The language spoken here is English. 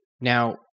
Now